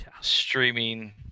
streaming